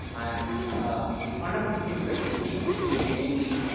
and the fundamental things that we seek to create namely,